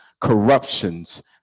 corruptions